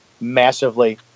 massively